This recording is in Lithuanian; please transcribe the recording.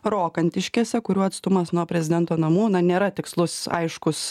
rokantiškėse kurių atstumas nuo prezidento namų na nėra tikslus aiškus